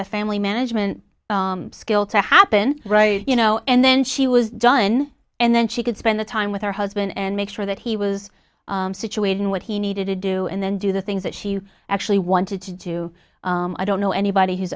the family management skill to happen right you know and then she was done and then she could spend the time with her husband and make sure that he was situated in what he needed to do and then do the things that she actually wanted to do i don't know anybody who's